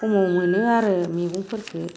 खमाव मोनो आरो मैगंफोरखो